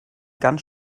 ganz